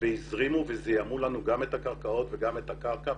והזרימו וזיהמו לנו גם את הקרקעות וגם את הקרקע,